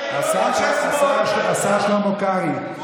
השר שלמה קרעי,